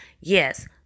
yes